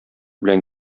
белән